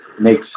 makes